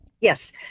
Yes